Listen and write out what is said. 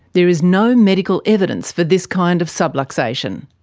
there is no medical evidence for this kind of subluxation.